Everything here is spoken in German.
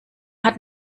hat